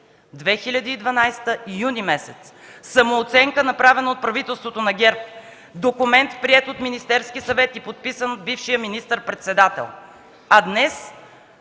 2012 г., юни месец – самооценка, направена от правителството на ГЕРБ, документ, приет от Министерския съвет и подписан от бившия министър-председател. А днес